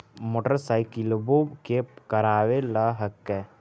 मोटरसाइकिलवो के करावे ल हेकै?